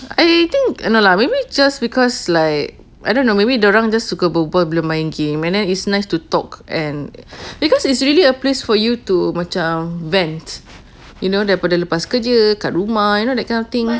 I think no lah maybe just because like I don't know maybe dorang main game and then it's nice to talk and because it's really a place for you to macam vent you know dekat rumah you know that kind of thing